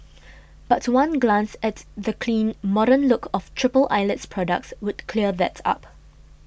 but one glance at the clean modern look of Triple Eyelid's products would clear that up